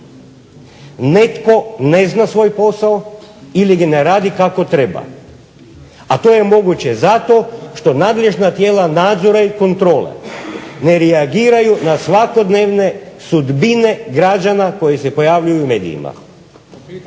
Netko ne zna svoj posao ili ga ne radi kako treba, a to je moguće zato što nadležna tijela nadzora i kontrole ne reagiraju na svakodnevne sudbine građana koji se pojavljuju u medijima.